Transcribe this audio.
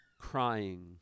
crying